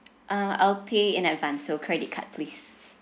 uh I'll pay in advance so credit card please